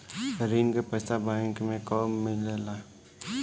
ऋण के पइसा बैंक मे कब मिले ला?